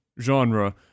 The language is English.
genre